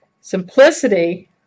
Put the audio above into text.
simplicity